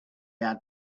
had